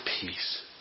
peace